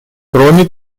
кроме